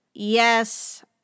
Yes